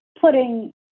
putting